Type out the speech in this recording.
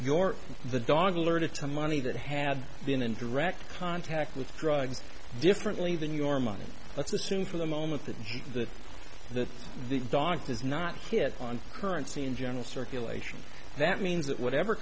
your the dog alerted to money that had been in direct contact with drugs differently than your money let's assume for the moment that the that the dog does not hit on currency in general circulation that means that whatever